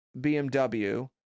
BMW